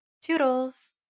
toodles